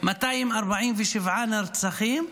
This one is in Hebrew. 247 נרצחים,